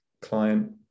client